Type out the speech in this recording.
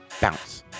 bounce